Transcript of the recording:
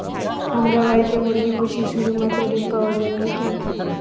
আমরা বাড়িতে মুরগি পুষি শুধু মাত্র ডিম পাওয়ার জন্যই কী?